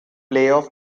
playoff